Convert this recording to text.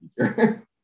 teacher